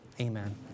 amen